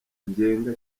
ngenga